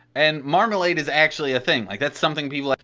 and marmalade is actually a thing, like that's something people like